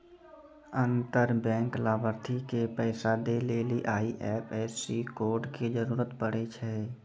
अंतर बैंक लाभार्थी के पैसा दै लेली आई.एफ.एस.सी कोड के जरूरत पड़ै छै